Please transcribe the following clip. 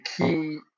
key